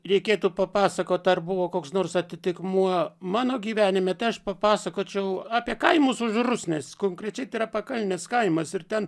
reikėtų papasakot ar buvo koks nors atitikmuo mano gyvenime tai aš papasakočiau apie kaimus už rusnės konkrečiai tai yra pakalnės kaimas ir ten